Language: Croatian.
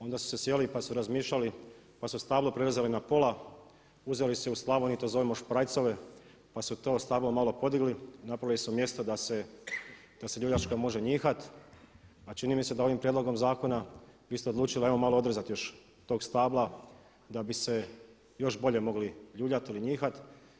Onda su se sjeli pa su razmišljali pa su stablo prerezali na pola, uzeli su u Slavoniji mi to zovemo šprajcove pa su to stablo malo podigli i napravili su mjesto da se ljuljačka može njihati, a čini mi se da ovim prijedlogom zakona vi ste odlučili evo malo odrezati još tog stabla da bi se još bolje mogli ljuljati ili njihati.